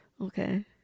Okay